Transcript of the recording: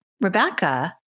Rebecca